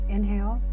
Inhale